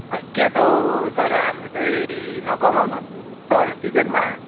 खै के त हो सर हाम्रो चाहिँ नकमाउनु सर सिजनमा